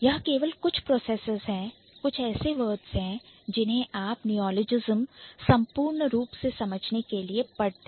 यह केवल कुछprocesses प्रोसेसेस हैं कुछ ऐसे words हैं जिन्हें आप Neologism संपूर्ण रूप से समझने के लिए पढ़ें